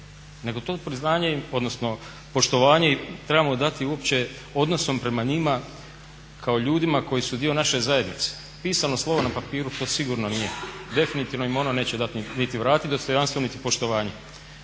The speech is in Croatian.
odnosno poštovanje trebamo dati uopće odnosom prema njima kao ljudima koji su dio naše zajednice, pisano slovo na papiru to sigurno nije, definitivno im ono neće dati niti vratiti dostojanstvo niti poštovanje.